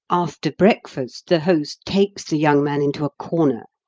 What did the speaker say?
after breakfast the host takes the young man into a corner,